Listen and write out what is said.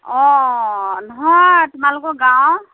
অঁ নহয় তোমালোকৰ গাঁৱৰ